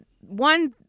one